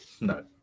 No